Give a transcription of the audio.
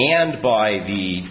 and by the